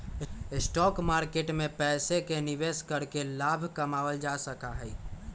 stock market में पैसे के निवेश करके लाभ कमावल जा सका हई